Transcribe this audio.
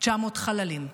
900 חללים,